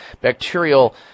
bacterial